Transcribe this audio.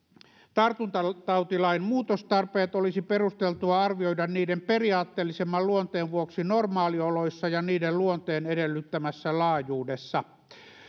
tartuntatautilain muutostarpeet olisi perusteltua arvioida niiden periaatteellisemman luonteen vuoksi normaalioloissa ja niiden luonteen edellyttämässä laajuu dessa